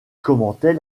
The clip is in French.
commentaient